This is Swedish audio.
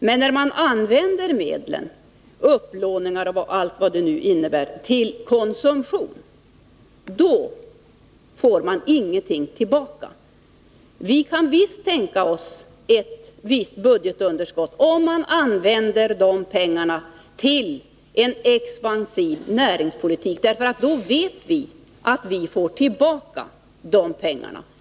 Men när man använder medlen — som fås genom upplåningar och annat — till konsumtion, får man ingenting tillbaka. Vi kan visst tänka oss ett visst budgetunderskott — om man använder pengarna till en expansiv näringspolitik. Då vet vi nämligen att man får tillbaka pengarna.